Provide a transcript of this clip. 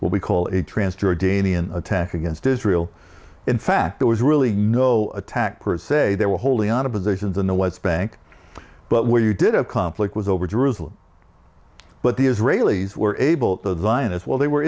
what we call a trance jordanian attack against israel in fact it was really no attack per se they were holding on to positions in the west bank but where you did of conflict was over jerusalem but the israelis were able to violence while they were